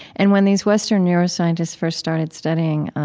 and when these western neuroscientists first started studying